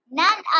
none